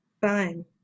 Fine